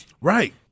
Right